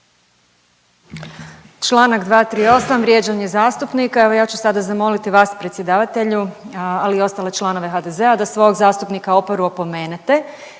Čl. 238. Vrijeđanje zastupnika. Evo ja ću sada zamoliti vas predsjedavatelju ali i ostale članove HDZ-a da svog zastupnika Oparu opomenete